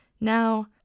Now